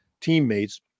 teammates